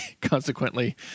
consequently